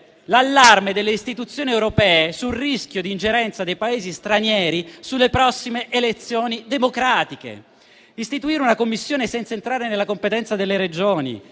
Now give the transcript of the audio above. l'allarme delle istituzioni europee sul rischio di ingerenza dei Paesi stranieri sulle prossime elezioni democratiche. Istituire una Commissione senza entrare nella competenza delle Regioni,